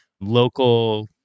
local